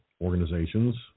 organizations